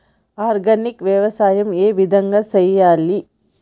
Organic వ్యవసాయం ఏ విధంగా చేయాలి?